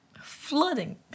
flooding